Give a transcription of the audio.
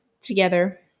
together